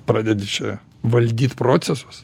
pradedi čia valdyt procesus